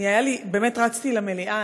רצתי למליאה,